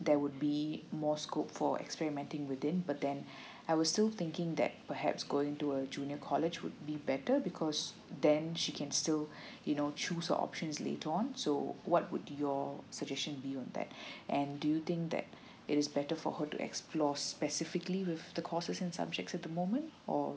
there would be more scope for experimenting within but then I will still thinking that perhaps going to a junior college would be better because then she can still you know choose options later on so what would your suggestion be on that and do you think that it's better for her to explore specifically with the courses in subject in the moment or